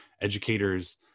educators